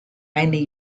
mainly